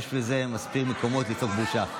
יש מספיק מקומות לצעוק "בושה".